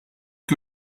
que